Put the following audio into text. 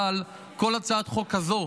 אבל כל הצעת חוק כזו,